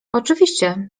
oczywiście